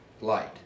light